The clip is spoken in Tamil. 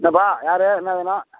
என்னப்பா யாரு என்ன வேணும்